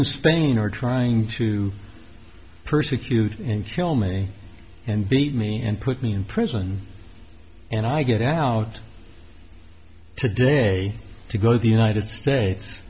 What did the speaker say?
in spain are trying to persecute and kill me and beat me and put me in prison and i get out today to go to the united states